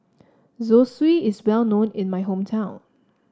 Zosui is well known in my hometown